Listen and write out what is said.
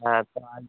হ্যাঁ তো আজ